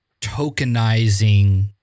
tokenizing